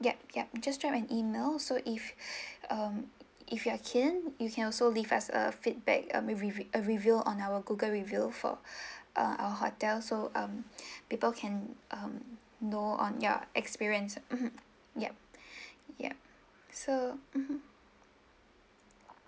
yup yup you just drop an email so if um if you are keen you can also leave us a feedback uh re~ a review on our Google review for uh our hotel so um people can um know on your experience mmhmm yup yup so mmhmm